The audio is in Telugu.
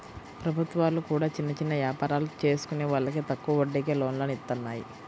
ప్రభుత్వాలు కూడా చిన్న చిన్న యాపారాలు చేసుకునే వాళ్లకి తక్కువ వడ్డీకే లోన్లను ఇత్తన్నాయి